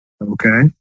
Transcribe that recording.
Okay